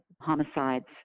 homicides